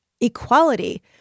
equality